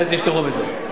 זה, תשכחו מזה.